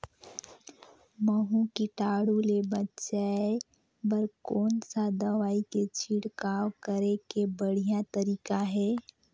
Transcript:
महू कीटाणु ले बचाय बर कोन सा दवाई के छिड़काव करे के बढ़िया तरीका हे?